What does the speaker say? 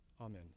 Amen